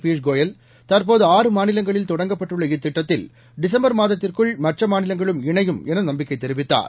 பியூஷ் கோயல் தற்போது ஆறு மாநிலங்களில் தொடங்கப்பட்டுள்ள இத்திட்டத்தில் டிசம்பர் மாத்திற்குள் மற்ற மாநிலங்களும் இணையும் என நம்பிக்கை தெரிவித்தார்